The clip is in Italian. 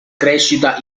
crescita